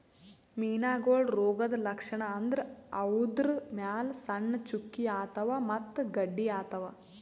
ಮೀನಾಗೋಳ್ ರೋಗದ್ ಲಕ್ಷಣ್ ಅಂದ್ರ ಅವುದ್ರ್ ಮ್ಯಾಲ್ ಸಣ್ಣ್ ಚುಕ್ಕಿ ಆತವ್ ಮತ್ತ್ ಗಡ್ಡಿ ಆತವ್